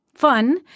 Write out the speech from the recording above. fun